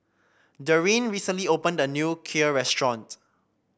Daryn recently opened a new Kheer restaurant